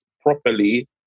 properly